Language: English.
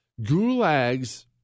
gulags